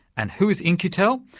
and who is in-q-tel?